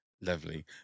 Lovely